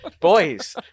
boys